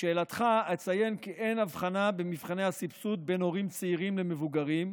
לשאלתך אציין כי אין הבחנה במבחני הסבסוד בין הורים צעירים למבוגרים.